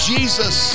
Jesus